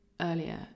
earlier